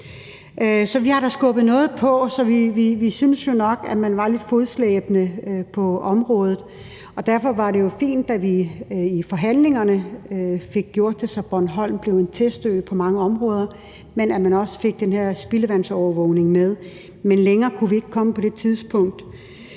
Så vi har da skubbet noget på, og vi synes jo nok, at man var lidt fodslæbende på området, og derfor var det fint, da vi i forhandlingerne fik gjort det sådan, at Bornholm blev en testø på mange områder, og at man også fik den her spildevandsovervågning med. Men længere kunne vi ikke komme på det tidspunkt,